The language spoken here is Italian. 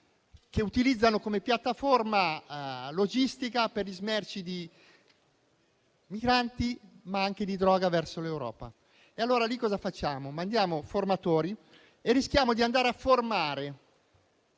che lo utilizzano come piattaforma logistica, per gli smerci di migranti, ma anche di droga verso l'Europa? Allora, lì cosa facciamo? Mandiamo formatori e rischiamo di andare a formare